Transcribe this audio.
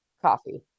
Coffee